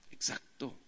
Exacto